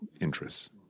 interests